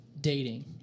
dating